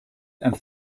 and